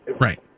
right